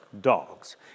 dogs